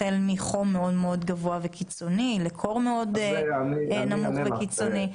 החל מחום מאוד גבוה וקיצוני לקור מאוד נמוך וקיצוני.